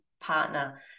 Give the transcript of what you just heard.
partner